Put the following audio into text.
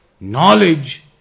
knowledge